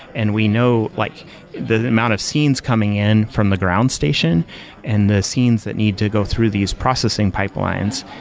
and we know like the amount of scenes coming in from the ground station and the scenes that need to go through these processing pipelines,